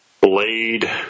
Blade